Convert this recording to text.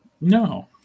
No